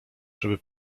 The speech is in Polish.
żeby